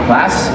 Class